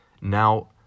Now